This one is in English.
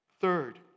Third